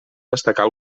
destacar